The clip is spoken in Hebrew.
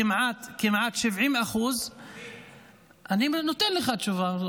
כמעט 70% אני נותן לך תשובה,